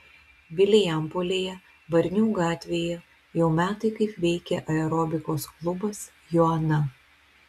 vilijampolėje varnių gatvėje jau metai kaip veikia aerobikos klubas joana